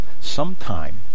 sometime